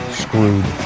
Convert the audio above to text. screwed